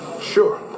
Sure